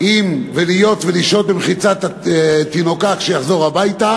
ולהיות ולשהות במחיצת תינוקה כשיחזור הביתה.